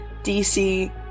dc